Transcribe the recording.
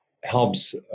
helps